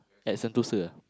at Sentosa ah